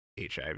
HIV